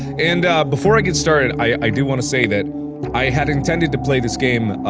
and ah, before i get started, i i do want to say that i had intended to play this game, ah,